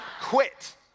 quit